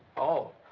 oh.